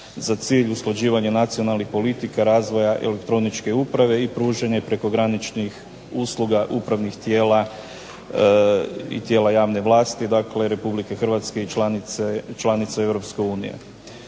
za cilj usklađivanje nacionalnih politika razvoja elektroničke uprave, i pružanje prekograničnih usluga upravnih tijela i tijela javne vlasti, dakle Republike Hrvatske i članice